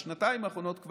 כבר בשנתיים האחרונות,